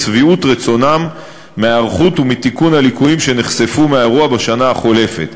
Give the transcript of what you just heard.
את שביעות רצונם מההיערכות ומתיקון הליקויים שנחשפו באירוע בשנה החולפת.